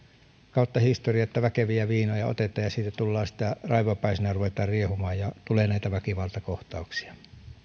kautta historian että väkeviä viinoja otetaan ja sitten raivopäisenä ruvetaan riehumaan ja tulee näitä väkivaltakohtauksia mutta